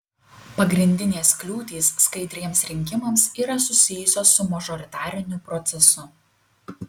pagrindinės kliūtys skaidriems rinkimams yra susijusios su mažoritariniu procesu